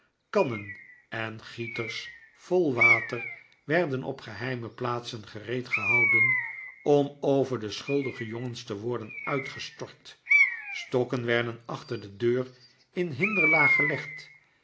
kannen en gieters vol water werden op geheime plaatsen gereed gehouden om over de schuldige jongens te worden uitgestort stokken werden achter de deur in hinderlaag gelegd